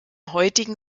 heutigen